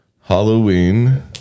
Halloween